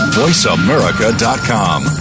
voiceamerica.com